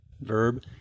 verb